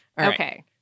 Okay